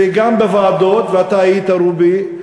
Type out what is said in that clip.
וגם בוועדות, ואתה היית, רובי,